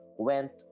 Went